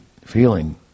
feeling